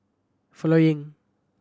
following